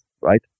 right